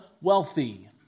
wealthy